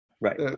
Right